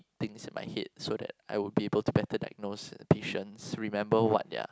things in my head so that I will be able to better diagnose the patients remember what their